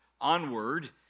onward